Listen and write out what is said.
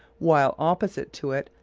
while, opposite to it,